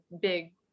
big